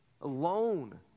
alone